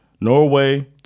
Norway